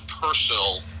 personal